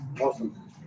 Awesome